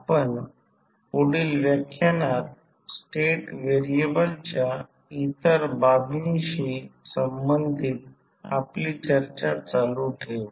आपण पुढील व्याख्यानात स्टेट व्हेरिएबलच्या इतर बाबींशी संबंधित आपली चर्चा चालू ठेवू